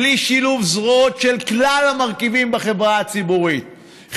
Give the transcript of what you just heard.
בלי שילוב זרועות של כלל המרכיבים בחברה ציבורית,